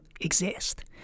exist